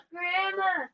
Grandma